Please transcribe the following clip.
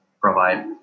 provide